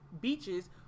beaches